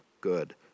good